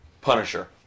Punisher